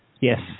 yes